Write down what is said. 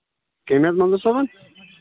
کٔمۍ حظ منظوٗر صٲبَن